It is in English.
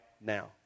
now